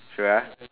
sure uh